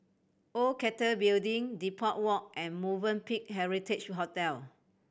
Old Cathay Building Depot Walk and Movenpick Heritage Hotel